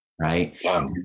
Right